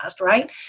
right